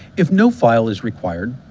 if no file is required,